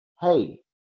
hey